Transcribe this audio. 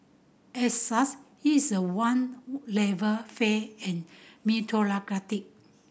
as such is a one level fair and meritocratic